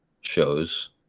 shows